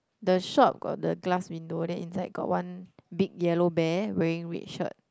the shop got the glass window then inside got one big yellow bear wearing red shirt